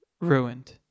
Ruined